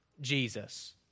Jesus